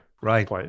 Right